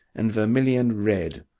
and vermilion red,